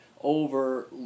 Over